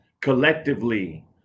Collectively